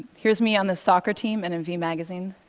here's me on the soccer team and in v magazine.